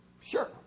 Sure